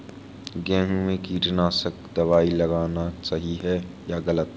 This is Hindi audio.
गेहूँ में कीटनाशक दबाई लगाना सही है या गलत?